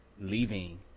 leaving